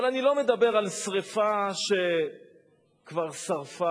אבל אני לא מדבר על שרפה שכבר שרפה,